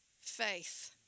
faith